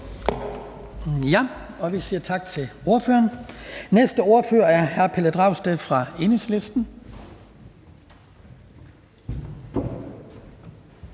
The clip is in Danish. Vi siger tak til ordføreren. Næste ordfører er hr. Pelle Dragsted fra Enhedslisten.